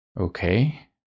Okay